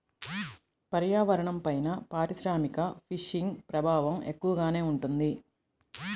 పర్యావరణంపైన పారిశ్రామిక ఫిషింగ్ ప్రభావం ఎక్కువగానే ఉంటుంది